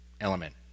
element